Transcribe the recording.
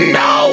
no